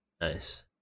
Nice